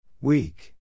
Weak